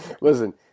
listen